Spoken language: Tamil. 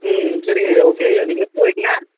ம் ம் சரிங்கய்யா ஓகே ஐயா நீங்கள் எடுத்து வைங்க